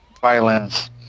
Violence